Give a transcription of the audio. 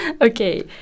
Okay